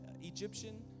Egyptian